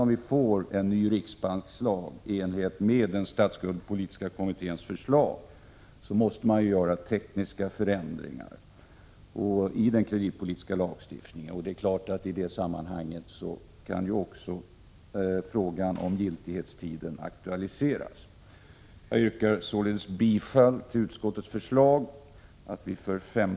Om vi får en ny riksbankslag i enlighet med den statsskuldspolitiska kommitténs förslag, måste ju tekniska förändringar göras i den kreditpolitiska lagstiftningen, och i det sammanhanget kan också frågan om giltighetstiden aktualiseras. Jag yrkar således bifall till utskottets förslag, att vi för femte gången Prot.